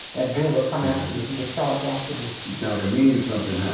that bull will come after you. he would charge after you. he sound like a mean something, huh?